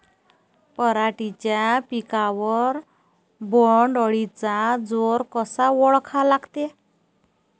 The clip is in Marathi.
पराटीच्या पिकावर बोण्ड अळीचा जोर कसा ओळखा लागते?